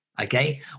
okay